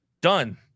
Done